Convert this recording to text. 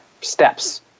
steps